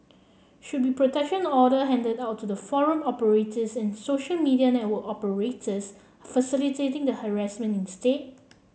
should be protection order handed out to the forum operators and social media network operators facilitating the harassment instead